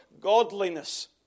godliness